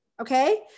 Okay